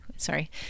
sorry